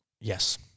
Yes